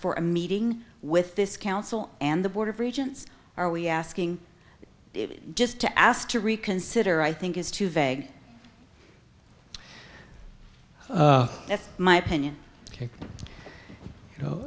for a meeting with this council and the board of regents are we asking just to ask to reconsider i think is too vague that's my opinion ok you know